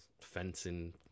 fencing